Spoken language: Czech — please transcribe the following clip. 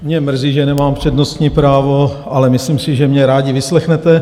Mě mrzí, že nemám přednostní právo, ale myslím si, že mě rádi vyslechnete.